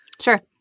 Sure